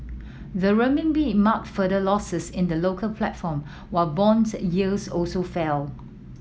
the Renminbi marked further losses in the local platform while bond yields also fell